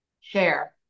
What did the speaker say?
Share